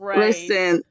listen